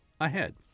ahead